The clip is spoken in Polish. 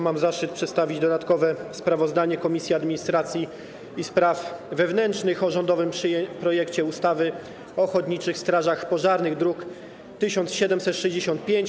Mam zaszczyt przedstawić dodatkowe sprawozdanie Komisji Administracji i Spraw Wewnętrznych o rządowym projekcie ustawy o ochotniczych strażach pożarnych, druk nr 1765.